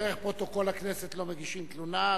דרך פרוטוקול הכנסת לא מגישים תלונה.